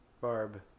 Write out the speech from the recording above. Barb